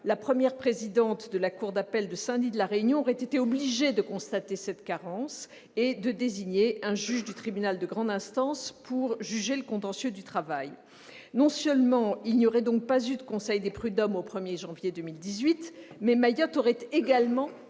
la première présidente de la cour d'appel de Saint-Denis de la Réunion aurait été obligée de constater cette carence et de désigner un juge du tribunal de grande instance pour juger le contentieux du travail. Non seulement il n'y aurait donc pas eu de conseil des prud'hommes au 1 janvier 2018, mais Mayotte aurait également